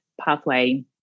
pathway